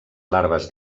larves